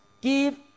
give